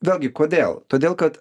vėlgi kodėl todėl kad